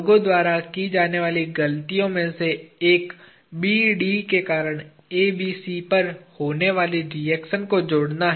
लोगों द्वारा की जाने वाली गलतियों में से एक BD के कारण ABC पर होने वाली रिएक्शन को जोड़ना है